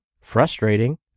frustrating